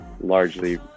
largely